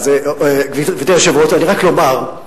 רק לומר,